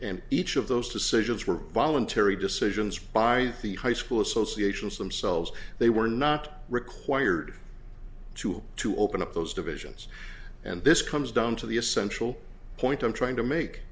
and each of those decisions were voluntary decisions by the high school associations themselves they were not required to to open up those divisions and this comes down to the essential point i'm trying to make